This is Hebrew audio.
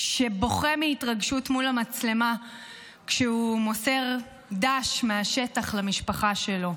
שבוכה מהתרגשות מול המצלמה כשהוא מוסר ד"ש מהשטח למשפחה שלו.